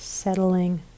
settling